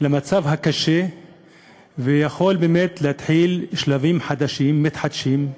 במצב הקשה ושיכול להתחיל שלבים חדשים ומתחדשים.